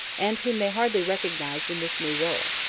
and whom they hardly recognised in this new role.